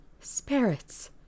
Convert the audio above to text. spirits